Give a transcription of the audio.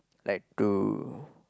like to